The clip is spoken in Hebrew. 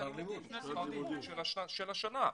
שכר לימוד של שנה.